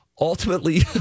ultimately